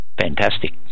fantastic